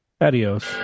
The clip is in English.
Adios